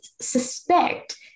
suspect